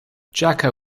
jaka